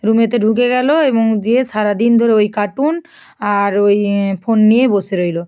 রুমেতে ঢুকে গেলো এবং যেয়ে সারা দিন ধরে ওই কার্টুন আর ওই এ ফোন নিয়ে বসে রইলো